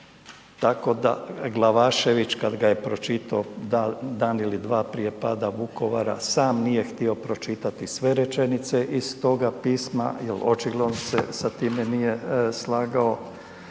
tako da Glavašević kad ga je pročito dan ili dva prije pada Vukovara sam nije htio pročitati sve rečenice iz toga pisma jel očigledno se sa tim nije slagao.